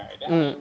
mm